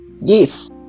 Yes